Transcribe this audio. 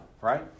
right